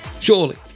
Surely